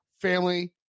family